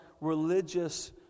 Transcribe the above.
religious